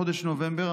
חודש נובמבר,